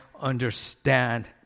understand